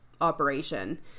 operation